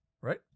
Right